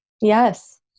Yes